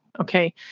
Okay